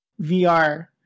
vr